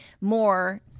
more